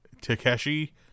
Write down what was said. Takeshi